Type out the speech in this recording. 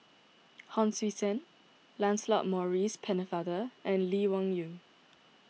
Hon Sui Sen Lancelot Maurice Pennefather and Lee Wung Yew